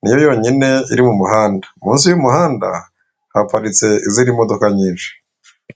niyo yonyine iri mu muhanda munsi y'umuhanda haparitse izindi modoka nyinshi.